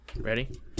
Ready